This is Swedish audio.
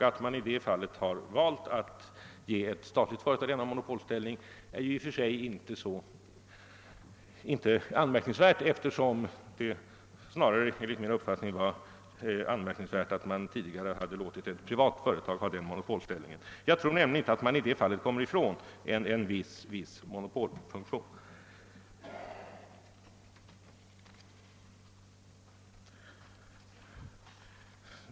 Att man i detta fall valt att ge ett statligt företag denna monopolställning är i och för sig inte anmärkningsvärt. Det var snarare enligt min uppfattning anmärkningsvärt att man tidigare hade låtit ett privatföretag ha denna monopolställ ning. Jag tror nämligen att man i detta avseende inte kan undvika en viss monopolfunktion.